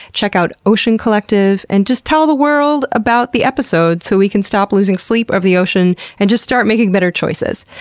check out ocean collectiv, and just tell the world about the episode so we can stop losing sleep over the ocean and just start making better choices.